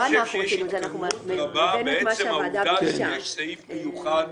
אני חושב שיש התקדמות רבה בעצם העובדה שיש סעיף מיוחד